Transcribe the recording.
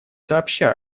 сообща